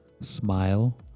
Smile